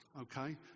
okay